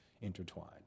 intertwined